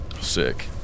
Sick